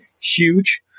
huge